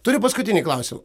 turiu paskutinį klausimą